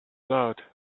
loud